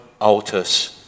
altars